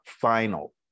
final